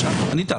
אני איתך.